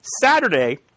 Saturday